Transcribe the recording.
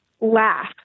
laugh